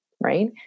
right